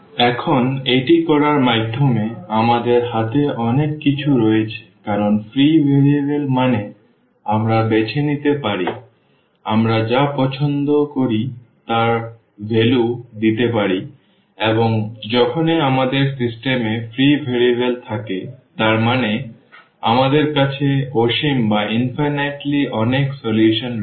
এখন এটি করার মাধ্যমে আমাদের হাতে অনেক কিছু রয়েছে কারণ ফ্রি ভেরিয়েবল মানে আমরা বেছে নিতে পারি আমরা যা পছন্দ করি তা ভ্যালু দিতে পারি এবং যখনই আমাদের সিস্টেম এ ফ্রি ভেরিয়েবল থাকে তার মানে আমাদের কাছে অসীম অনেক সমাধান রয়েছে